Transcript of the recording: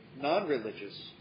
non-religious